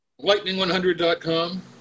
Lightning100.com